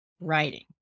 writing